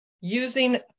using